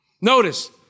Notice